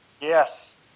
Yes